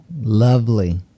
Lovely